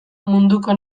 munduko